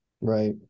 right